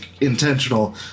intentional